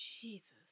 Jesus